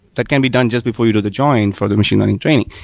that can be done just before you do the join for the machine learning training.